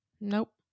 Nope